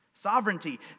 sovereignty